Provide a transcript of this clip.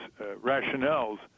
rationales